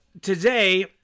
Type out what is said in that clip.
today